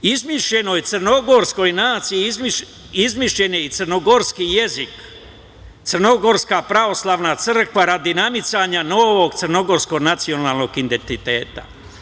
Izmišljenoj crnogorskoj naciji izmišljen je i crnogorski jezik, Crnogorska pravoslavna crkva, radi namicanja novog crnogorsko-nacionalnog identiteta.